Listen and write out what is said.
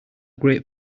great